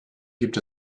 gibt